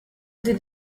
did